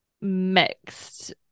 mixed